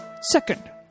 Second